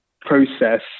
process